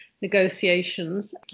negotiations